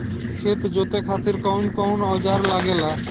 खेत जोते खातीर कउन कउन औजार लागेला?